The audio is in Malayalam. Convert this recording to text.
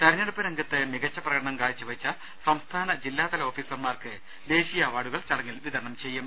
തെരഞ്ഞെടുപ്പ് രംഗത്ത് മികച്ച പ്രകടനം കാഴ്ചവെച്ച സംസ്ഥാന ജില്ലാതല ഓഫീസർമാർക്ക് ദേശീയ അവാർഡുകൾ ചടങ്ങിൽ വിതരണം ചെയ്യും